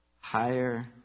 higher